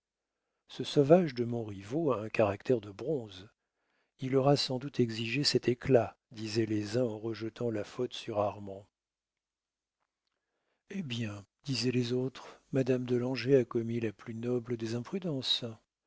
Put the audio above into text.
ce sauvage de montriveau a un caractère de bronze il aura sans doute exigé cet éclat disaient les uns en rejetant la faute sur armand hé bien disaient les autres madame de langeais a commis la plus noble des imprudences